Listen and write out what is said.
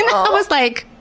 and i was like,